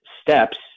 steps